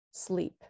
Sleep